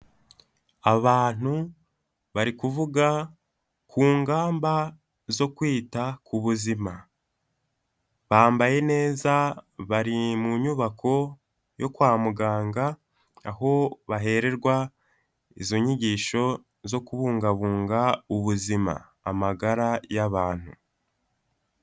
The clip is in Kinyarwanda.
Abantu bari kuvuga ku ngamba zo kwita ku buzima, bambaye neza bari mu nyubako yo kwa muganga aho bahererwa izo nyigisho zo kubungabunga ubuzima, amagara y'abantu.